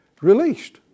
released